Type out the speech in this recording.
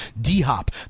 D-Hop